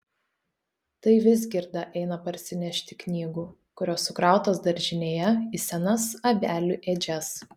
tai vizgirda eina parsinešti knygų kurios sukrautos daržinėje į senas avelių ėdžias